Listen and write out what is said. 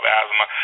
asthma